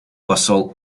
посол